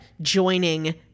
joining